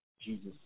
Jesus